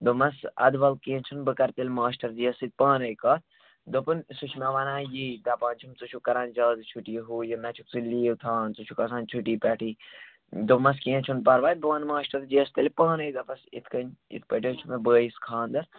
دوٚپمَس اَدٕ وَلہٕ کیٚنٛہہ چھُنہٕ بہٕ کَرٕ تیٚلہِ ماشٹر جِیَس سۭتۍ پانے کَتھ دوٚپُن سُہ چھُ مےٚ ونان یِی دپان چھُم ژٕ چھُکھ کَران زیادٕ چُٹھیہِ ہُو یہِ نہَ چھُکھ ژٕ لیٖو تھاوان ژٕ چھُکھ آسان چُٹھی پٮ۪ٹھٕے دوٚپمَس کیٚنٛہہ چھُنہٕ پروٲے بہٕ وَنہٕ ماشٹر جِیَس تیٚلہِ پانے دَپس یِتھٕ کٔنۍ یِتھٕ پٲٹھۍ حظ چھِ مےٚ بٲیِس خانٛدر